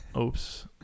oops